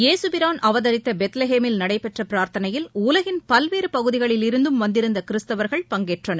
ஏசுபிரான் அவதரித்த பெத்லஹேமில் நடைபெற்ற பிரார்த்தனையில் உலகின் பல்வேறு பகுதிகளிலிருந்தும் வந்திருந்த கிறிஸ்தவர்கள் பங்கேற்றனர்